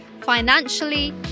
financially